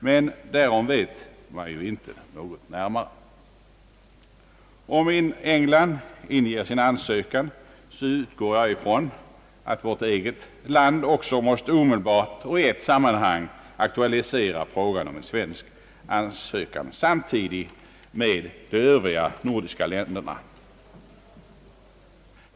Men därom vet man ju inte något närmare. Om England inger sin ansökan, utgår jag från att vårt eget land också måste omedelbart och i ett sammanhang aktualisera frågan om svensk ansökan samtidigt med en motsvarande aktion av de övriga nordiska länderna.